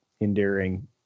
endearing